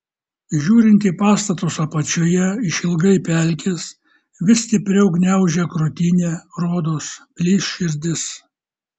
žiūrint į pastatus apačioje išilgai pelkės vis stipriau gniaužia krūtinę rodos plyš širdis